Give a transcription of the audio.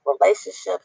relationships